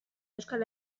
euskal